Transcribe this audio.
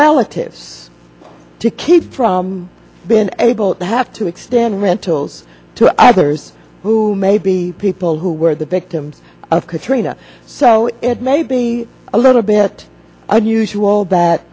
relatives to keep from being able to have to extend rentals to others who may be people who were the victims of katrina so it may be a little bit unusual that